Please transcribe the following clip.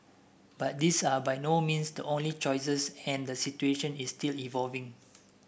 but these are by no means the only choices and the situation is still evolving